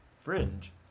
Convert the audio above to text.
Fringe